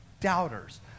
doubters